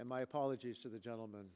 and my apologies to the gentleman